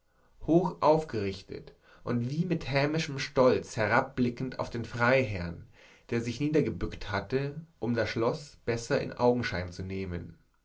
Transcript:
hoch aufgerichtet und wie mit hämischem stolz herabblickend auf den freiherrn der sich niedergebückt hatte um das schloß besser in augenschein zu nehmen